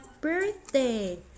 birthday